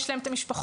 יש להם את המשפחות,